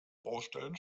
baustellen